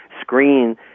screen